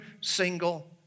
single